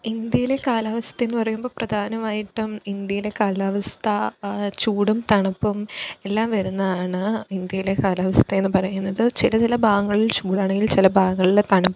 ഇന്ത്യയിലെ കാലാവസ്ഥയെന്ന് പറയുമ്പോൾ പ്രധാനമായിട്ടും ഇന്ത്യയിലെ കാലാവസ്ഥ ചൂടും തണുപ്പും എല്ലാം വരുന്നതാണ് ഇന്ത്യയിലെ കാലാവസ്ഥ എന്ന് പറയുന്നത് ചില ചില ഭാഗങ്ങളിൽ ചൂടാണെങ്കിൽ ചില ഭാഗങ്ങളിൽ തണുപ്പ്